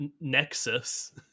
Nexus